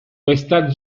questa